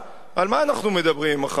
על מה אנחנו מדברים עם ה"חמאס",